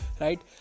right